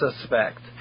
suspect